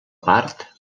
part